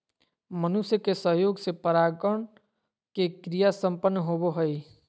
मनुष्य के सहयोग से परागण के क्रिया संपन्न होबो हइ